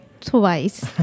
twice